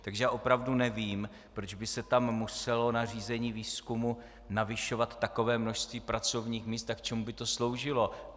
Takže já opravdu nevím, proč by se tam muselo na řízení výzkumu navyšovat takové množství pracovních míst a k čemu by to sloužilo.